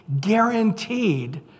guaranteed